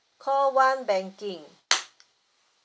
call one banking